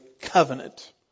covenant